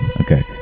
Okay